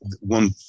one